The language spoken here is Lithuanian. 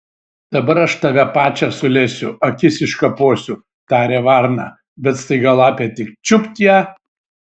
dabar aš tave pačią sulesiu akis iškaposiu tarė varna bet staiga lapė tik čiupt ją